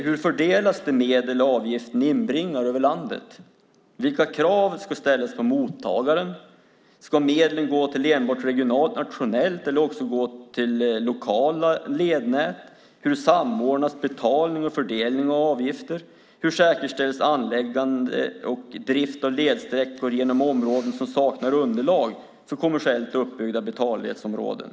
Hur fördelas de medel avgiften inbringar över landet? Vilka krav ska ställas på mottagaren? Ska medlen gå till enbart regionala, nationella eller lokala lednät? Hur samordnas betalning och fördelning av avgifter? Hur säkerställs anläggande och drift av ledsträckor genom områden som saknar underlag för kommersiellt uppbyggda betalledsområden?